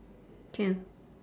can